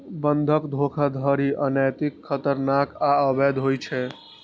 बंधक धोखाधड़ी अनैतिक, खतरनाक आ अवैध होइ छै